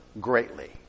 greatly